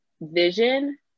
vision